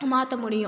மாற்ற முடியும்